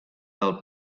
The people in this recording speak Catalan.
del